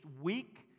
weak